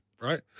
right